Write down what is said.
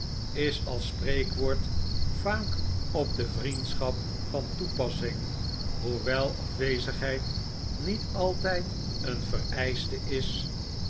is als spreekwoord vaak op de vriendschap van toepassing hoewel afwezigheid niet altijd een vereischte is